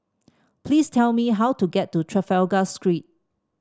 please tell me how to get to Trafalgar Street